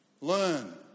Learn